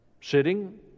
Sitting